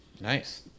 nice